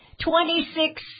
Twenty-six